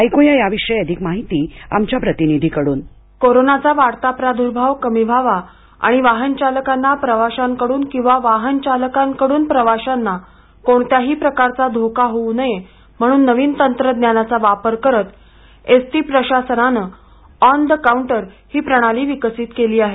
ऐकू या याविषयी अधिक माहिती आमच्या प्रतिनिधीकडून कोरोनाचा वाढता प्रादुर्भाव कमी व्हावा आणि वाहक चालकांना प्रवाशांकडून किंवा वाहक चालकांकडून प्रवाशांना कोणत्याही प्रकारचा धोका होऊ नये म्हणून नवीन तंत्रज्ञानाचा वापर करत एसटी प्रशासनानं ऑन द काउंटर ही प्रणाली विकसित केली आहे